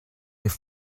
his